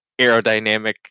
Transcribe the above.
aerodynamic